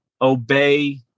obey